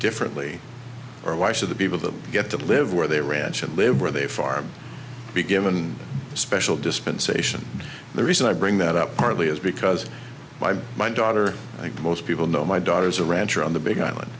differently or why should the people them get to live where they ranch and live where they farm be given special dispensation the reason i bring that up partly is because my daughter i think most people know my daughter is a rancher on the big island